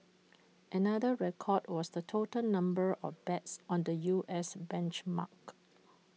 another record was the total number of bets on the U S benchmark